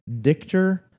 Dictor